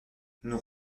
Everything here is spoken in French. nous